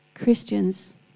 Christians